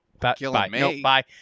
Bye